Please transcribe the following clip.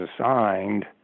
assigned